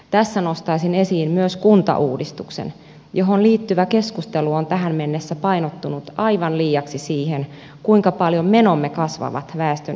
tässä nostaisin esiin myös kuntauudistuksen johon liittyvä keskustelu on tähän mennessä painottunut aivan liiaksi siihen kuinka paljon menomme kasvavat väestön ikääntymisen myötä